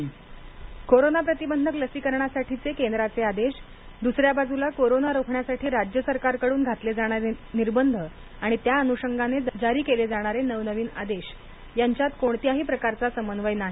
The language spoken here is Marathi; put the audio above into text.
निर्बंध कोरोना प्रतिबंधक लसीकरणासाठीचे केंद्राचे आदेश दुसऱ्या बाजूला कोरोना रोखण्यासाठी राज्य सरकारकडून घातले जाणारे निर्बंध आणि त्याअनुषगाने जारी केले जाणारे नवनवीन आदेश यांच्यात कोणत्याही प्रकारचा समन्वय नाही